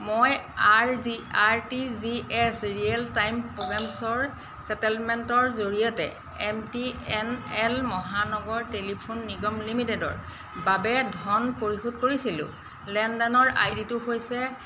মই R G R T G S real time প্ৰগেমচৰ ছেটেলমেণ্টৰ জৰিয়তে এম টি এন এল মহানগৰ টেলিফোন নিগম লিমিটেডৰ বাবে ধন পৰিশোধ কৰিছিলো লেনদেনৰ আইডি টো হৈছে